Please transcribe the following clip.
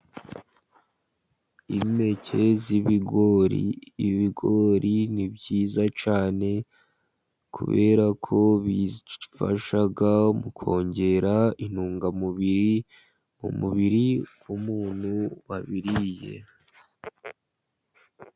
Impeke z'ibigori. Ibigori ni byiza cyane, kubera ko bifasha mu kongera intungamubiri, umubiri w'umuntu wabiriye.